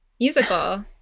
musical